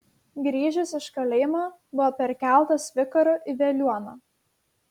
grįžęs iš kalėjimo buvo perkeltas vikaru į veliuoną